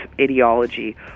ideology